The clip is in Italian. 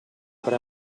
per